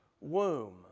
womb